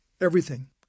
Everything